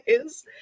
guys